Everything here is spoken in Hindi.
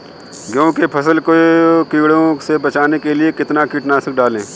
गेहूँ की फसल को कीड़ों से बचाने के लिए कितना कीटनाशक डालें?